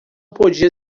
podia